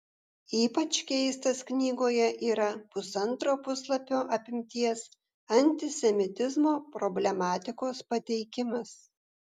ypač keistas knygoje yra pusantro puslapio apimties antisemitizmo problematikos pateikimas